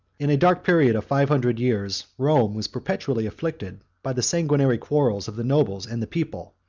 in a dark period of five hundred years, rome was perpetually afflicted by the sanguinary quarrels of the nobles and the people,